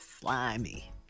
Slimy